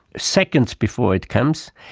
seconds before it comes,